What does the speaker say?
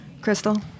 crystal